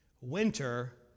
winter